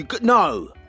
No